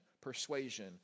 persuasion